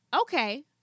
Okay